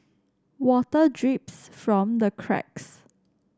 water drips from the cracks